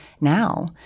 now